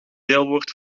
deelwoord